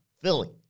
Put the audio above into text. Philly